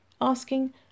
asking